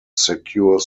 secure